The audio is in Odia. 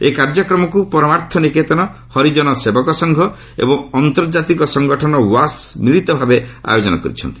ଏହି କାର୍ଯ୍ୟକ୍ରମକୁ ପରମାର୍ଥ ନିକେତନ ହରିଜନ ସେବକ ସଂଘ ଏବଂ ଆନ୍ତର୍ଜାତିକ ସଂଗଠନ ଓ୍ୱାସ୍ ମିଳିତ ଭାବେ ଆୟୋଜନ କରିଛନ୍ତି